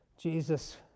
Jesus